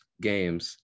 games